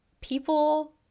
people